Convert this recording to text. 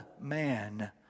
man